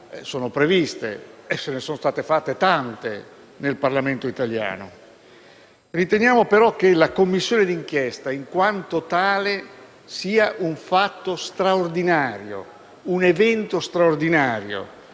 sono previste e ne sono state istituite tante nel Parlamento italiano. Riteniamo, però, che la Commissione d'inchiesta in quanto tale sia un evento straordinario; non un fatto di